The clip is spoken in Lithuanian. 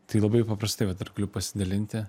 tai labai paprastai va dar galiu pasidalinti